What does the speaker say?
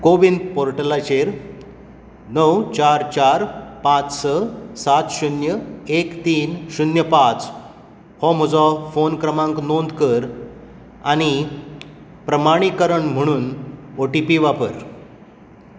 कोविन पोर्टलाचेर णव चार चार पांच स सात शुन्य एक तीन शुन्य पांच हो म्हजो फोन क्रमांक नोंद कर आनी प्रमाणिकरण म्हुणून ओटीपी वापर